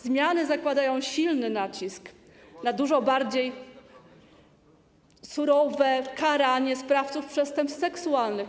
Zmiany zakładają silny nacisk na dużo bardziej surowe karanie sprawców przestępstw seksualnych.